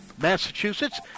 Massachusetts